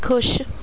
ਖੁਸ਼